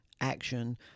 action